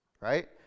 right